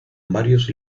varios